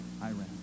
Iran